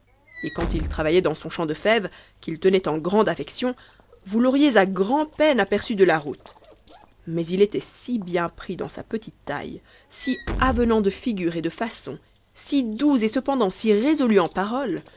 et quand il travaillait dans son champ de fèves qu'il tenait en grande affection voua t'auriez a grand'peine aperçu de la route mais il était si bien pris dans sa petite taime si avenant do nguro et do façons si doux et cependant si resoiu en paroles